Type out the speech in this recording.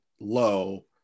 low